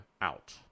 out